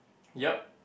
yup